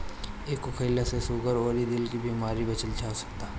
एके खईला से सुगर अउरी दिल के बेमारी से बचल जा सकता